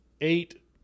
eight